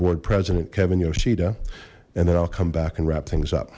board president kevin yoshida and then i'll come back and wrap things up